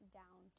down